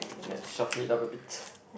let's shuffle it up a bit